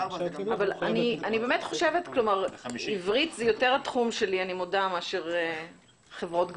-- עברית זה יותר התחום שלי מאשר חברות גבייה,